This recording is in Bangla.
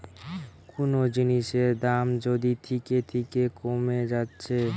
কুনো জিনিসের দাম যদি থিকে থিকে কোমে যাচ্ছে